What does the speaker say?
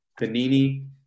Panini